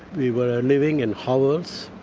we were living in hovels.